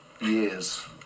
years